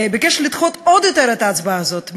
לדחות עוד יותר את ההצבעה הזאת,